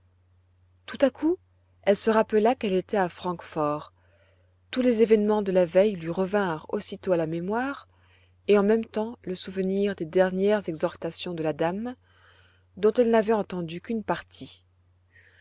tout à coup elle se rappela qu'elle était à francfort tous les événements de la veille lui revinrent aussitôt à la mémoire et en même temps le souvenir des dernières exhortations de la dame dont elle n'avait entendu qu'une partie